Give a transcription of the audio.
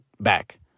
back